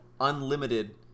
unlimited